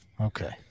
Okay